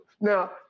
Now